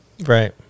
Right